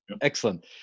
Excellent